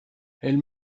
elle